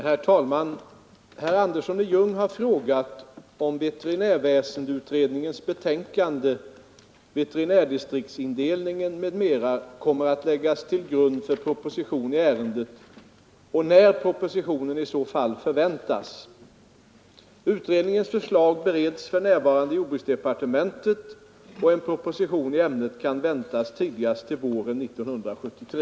Herr talman! Herr Andersson i Ljung har frågat om veterinärväsendeutredningens betänkande Veterinärdistriktsindelningen, m.m. kommer att läggas till grund för proposition i ärendet, och när propositionen i så fall förväntas. Utredningens förslag bereds för närvarande i jordbruksdepartementet och en proposition i ämnet kan väntas tidigast till våren 1973.